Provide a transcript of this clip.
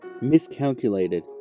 miscalculated